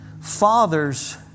Fathers